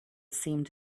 seemed